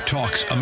Talks